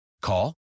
Call